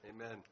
amen